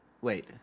Wait